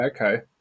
okay